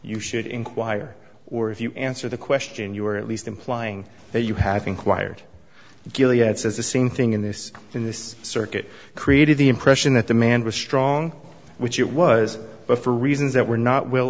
you should enquire or if you answer the question you are at least implying that you have inquired gilliard says the same thing in this in this circuit created the impression that the man was strong which it was but for reasons that were not will